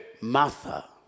Martha